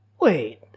wait